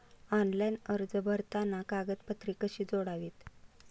Online अर्ज भरताना कागदपत्रे कशी जोडावीत?